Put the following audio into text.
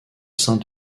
saint